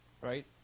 right